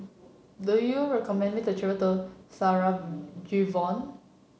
do you recommend me to travel to Sarajevo